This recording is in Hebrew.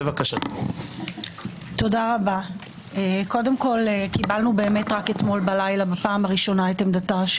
זה שאתה לא משתלט על החברים שלך -- אמרת שאנחנו רוקדים על הדם.